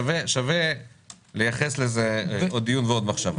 שווה לערוך על זה עוד דיון ולהקדיש לזה עוד מחשבה.